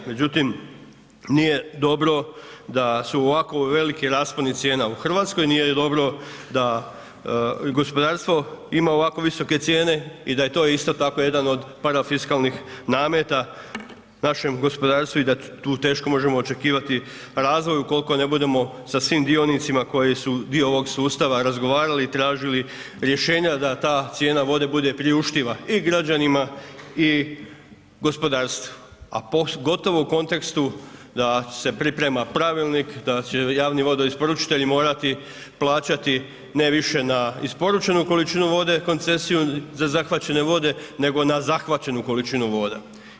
Međutim, nije dobro da su ovako veliki rasponi cijena u Hrvatskoj, nije ni dobro da gospodarstvo ima ovako visoke cijene i da je to isto tako jedan od parafiskalnih nameta našem gospodarstvu i da tu teško možemo očekivati razvoj ukoliko ne budemo sa svim dionicima koji su dio ovog sustava razgovarali i tražili rješenja da ta cijena vode bude priuštiva i građanima i gospodarstvu, a pogotovo u kontekstu da se priprema pravilnik da će javni vodoisporučiteli morati plaćati ne više na isporučenu količinu vode koncesiju za zahvaćene vode, nego na zahvaćenu količinu vode.